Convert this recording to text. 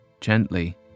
gently